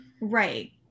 Right